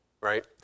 right